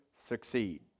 succeed